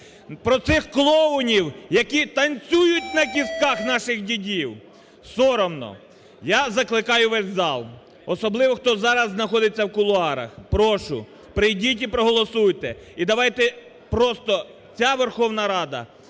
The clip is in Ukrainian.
про цих клоунів, які "танцюють на кістках" наших дідів! Соромно! Я закликаю весь зал, особливо, хто зараз знаходиться в кулуарах. Прошу, прийдіть і проголосуйте. І давайте, просто ця Верховної Ради